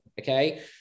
Okay